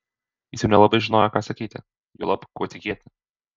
jis jau nelabai žinojo ką sakyti juolab kuo tikėti